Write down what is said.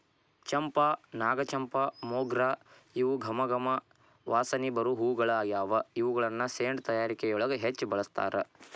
ಚಂಪಾ, ನಾಗಚಂಪಾ, ಮೊಗ್ರ ಇವು ಗಮ ಗಮ ವಾಸನಿ ಬರು ಹೂಗಳಗ್ಯಾವ, ಇವುಗಳನ್ನ ಸೆಂಟ್ ತಯಾರಿಕೆಯೊಳಗ ಹೆಚ್ಚ್ ಬಳಸ್ತಾರ